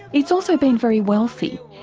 it's also been very wealthy.